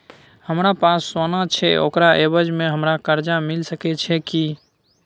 हमरा पास सोना छै ओकरा एवज में हमरा कर्जा मिल सके छै की?